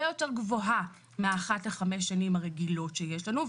יותר גבוהה מאחת לחמש שנים הרגילות שיש לנו.